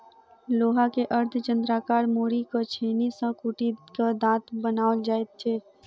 लोहा के अर्धचन्द्राकार मोड़ि क छेनी सॅ कुटि क दाँत बनाओल जाइत छै